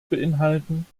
beinhalten